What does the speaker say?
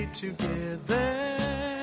together